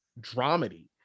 dramedy